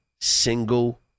single